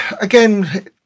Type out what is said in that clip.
again